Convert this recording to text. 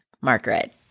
Margaret